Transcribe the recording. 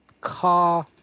car